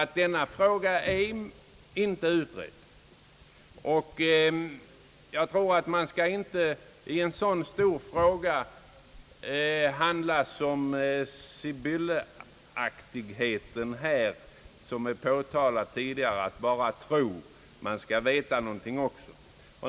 I en så stor fråga bör man inte handla så att man bara tror någonting. Man skall också veta någonting.